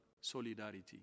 solidarity